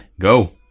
Go